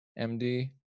MD